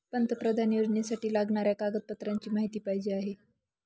पंतप्रधान योजनेसाठी लागणाऱ्या कागदपत्रांची माहिती पाहिजे आहे